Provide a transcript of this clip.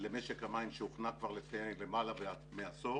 למשק המים שהוכנה כבר לפני למעלה מעשור,